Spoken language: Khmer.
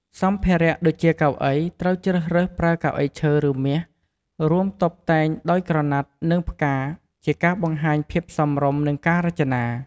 សម្ភារៈដូចជាកៅអី ត្រូវជ្រើសរើសប្រើកៅអីឈើ ឬមាស រួមតុបតែងដោយក្រណាត់ និងផ្កា ជាការបង្ហាញភាពសមរម្យ និងការរចនា។